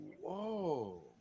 whoa